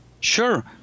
Sure